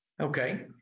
Okay